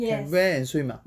can wear and swim ah